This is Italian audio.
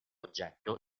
oggetto